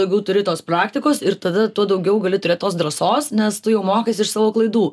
daugiau turi tos praktikos ir tada tuo daugiau gali turėt tos drąsos nes tu jau mokaisi iš savo klaidų